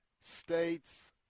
States